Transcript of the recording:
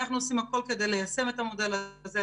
אנחנו עושים הכול כדי ליישם את המודל הזה,